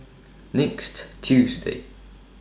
next Tuesday